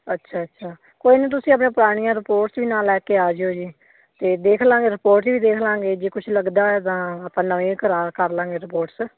ਅੱਛਾ ਅੱਛਾ ਕੋਈ ਨਹੀਂ ਤੁਸੀਂ ਆਪਣੀਆਂ ਪੁਰਾਣੀਆਂ ਰਿਪੋਰਟਸ ਵੀ ਨਾਲ ਲੈ ਕੇ ਆ ਜਿਓ ਜੀ ਅਤੇ ਦੇਖ ਲਵਾਂਗੇ ਰਿਪੋਰਟ ਵੀ ਦੇਖ ਲਵਾਂਗੇ ਜੇ ਕੁਛ ਲੱਗਦਾ ਹੋਇਆ ਤਾਂ ਆਪਾਂ ਨਵੇਂ ਕਰਾ ਕਰ ਲਵਾਂਗੇ ਰਿਪੋਰਟਸ